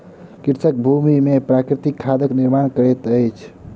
कृषक भूमि में प्राकृतिक खादक निर्माण करैत अछि